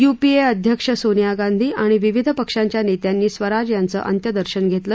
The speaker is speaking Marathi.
युपीए अध्यक्ष सोनिया गांधी आणि विविध पक्षांच्या नेत्यांनी स्वराज यांचं अंत्यदर्शन घेतलं